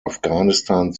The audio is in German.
afghanistan